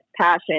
passion